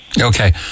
Okay